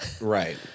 Right